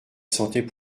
sentait